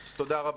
אז תודה רבה.